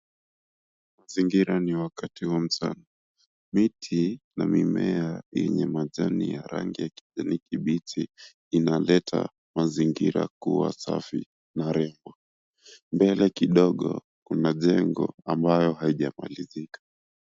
Mazingira ni wakati wa mchana. Miti na mimea yenye majani ya rangi ya kijani kibichi inaleta mazingira kuwa safi na rembo mbele kidogo kuna jengo ambayo haijamalizika.